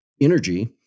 energy